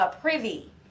privy